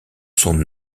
son